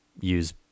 use